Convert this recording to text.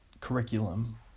curriculum